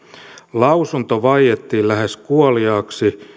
lausunto vaiettiin lähes kuoliaaksi